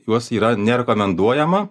juos yra nerekomenduojama